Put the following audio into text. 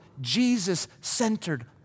Jesus-centered